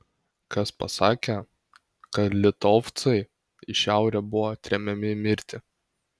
kas pasakė kad litovcai į šiaurę buvo tremiami mirti